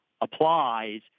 applies